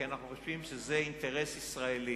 כי אנחנו חושבים שזה אינטרס ישראלי.